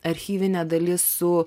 archyvinė dalis su